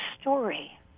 story